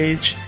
Age